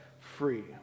free